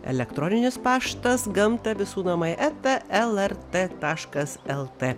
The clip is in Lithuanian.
elektroninis paštas gamta visų namai eta lrt taškas lt